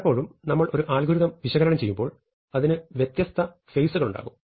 പലപ്പോഴും നമ്മൾ ഒരു അൽഗോരിതം വിശകലനം ചെയ്യുമ്പോൾ അതിന് വ്യത്യസ്ത ഫേസ് കളുണ്ടാകും